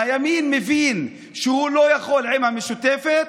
הימין מבין שהוא לא יכול עם המשותפת,